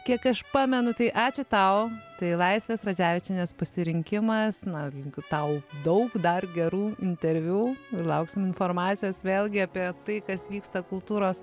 kiek aš pamenu tai ačiū tau tai laisvės radzevičienės pasirinkimas na linkiu tau daug dar gerų interviu lauksim informacijos vėlgi apie tai kas vyksta kultūros